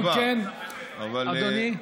אם כן, אדוני?